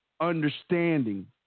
understanding